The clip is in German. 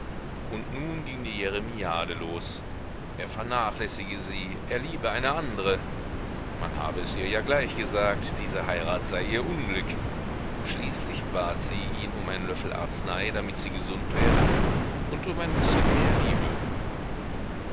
und nun ging die jeremiade los er vernachlässige sie er liebe eine andre man habe es ihr ja gleich gesagt diese heirat sei ihr unglück schließlich bat sie ihn um einen löffel arznei damit sie gesund werde und um ein bißchen mehr liebe